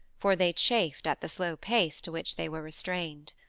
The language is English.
for they chafed at the slow pace to which they were restrained.